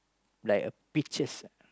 like a pictures ah